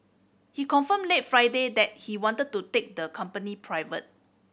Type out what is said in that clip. he confirmed late Friday that he wanted to take the company private